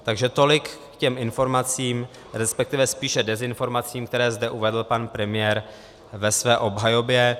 Takže tolik k těm informacím resp. spíše dezinformacím, které zde uvedl pan premiér ve své obhajobě.